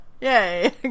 Yay